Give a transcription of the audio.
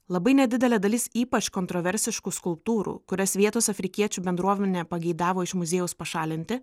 labai nedidelė dalis ypač kontroversiškų skulptūrų kurias vietos afrikiečių bendruomenė pageidavo iš muziejaus pašalinti